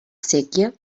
séquia